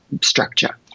structure